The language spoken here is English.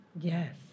Yes